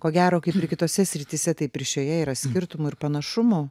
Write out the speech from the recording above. ko gero kaip ir kitose srityse taip ir šioje yra skirtumų ir panašumų